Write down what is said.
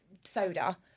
soda